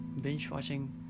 Binge-watching